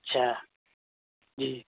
اچھا جی